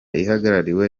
ihagarariwe